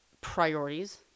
priorities